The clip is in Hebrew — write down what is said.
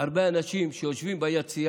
הרבה אנשים שיושבים ביציע